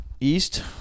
East